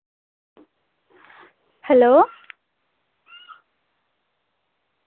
hello